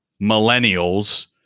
millennials